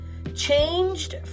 changed